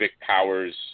Powers